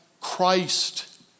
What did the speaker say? Christ